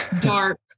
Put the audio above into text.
dark